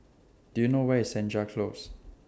Do YOU know Where IS Senja Close